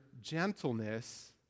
gentleness